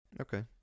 okay